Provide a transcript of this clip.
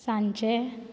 सांजचें